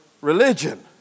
religion